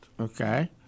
okay